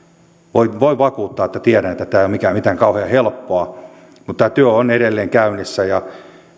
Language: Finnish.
voin vakuuttaa että tiedän että tämä ei ole mitään kauhean helppoa mutta tämä työ on edelleen käynnissä ja